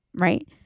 right